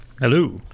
Hello